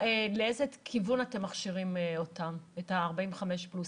לאיזה כיוון אתם מכשירים את בנות ה-45 פלוס?